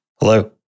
Hello